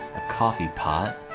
coffe pot,